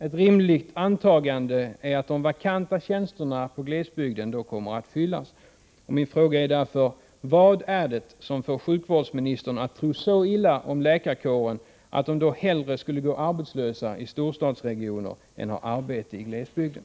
Ett rimligt antagande är att de vakanta tjänsterna i glesbygden då kommer att besättas. Min fråga är därför: Vad är det som får sjukvårdsministern att tro så illa om läkarkåren att hon menar att läkarna hellre skulle gå arbetslösa i storstadsregionerna än ha arbete i glesbygden?